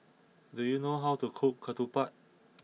do you know how to cook Ketupat